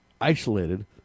isolated